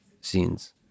scenes